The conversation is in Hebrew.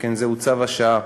שכן זהו צו השעה.